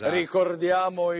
ricordiamo